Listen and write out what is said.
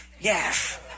yes